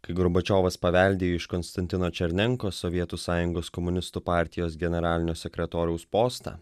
kai gorbačiovas paveldėjo iš konstantino černenkos sovietų sąjungos komunistų partijos generalinio sekretoriaus postą